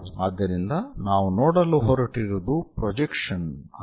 ಆದ್ದರಿಂದ ನಾವು ನೋಡಲು ಹೊರಟಿರುವುದು ಪ್ರೊಜೆಕ್ಷನ್ ಆಗಿದೆ